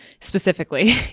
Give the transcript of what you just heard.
specifically